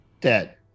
dead